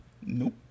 Nope